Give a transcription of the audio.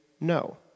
No